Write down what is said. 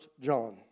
John